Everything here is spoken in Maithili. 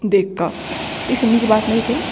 देखि कऽ तऽ ईसभ नीक बात नहि भेल